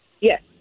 yes